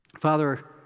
Father